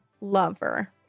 lover